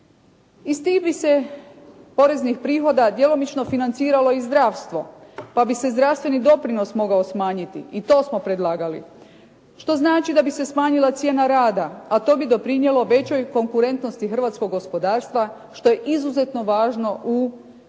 Iz tih bi se poreznih prihoda djelomično financiralo i zdravstvo, pa bi se zdravstveni doprinos mogao smanjiti. I to smo predlagali, što znači da bi se smanjila cijena rada, a to bi doprinijelo većoj konkurentnosti hrvatskog gospodarstva, što je izuzetno važno u